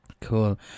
Cool